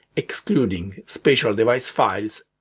excluding special device files,